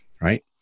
right